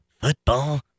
Football